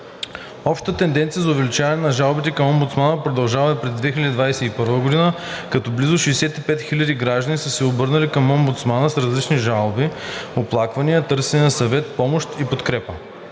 Общата тенденция на увеличение на жалбите към омбудсмана продължава и през 2021 г., като близо 65 хиляди граждани са се обърнали към омбудсмана с различни жалби, оплаквания, търсене на съвет, помощ и подкрепа.